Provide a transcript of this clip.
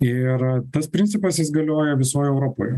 ir tas principas jis galioja visoj europoj